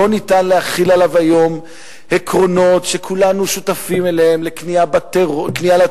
לא ניתן להחיל עליו היום עקרונות שכולנו שותפים להם: כניעה לטרור,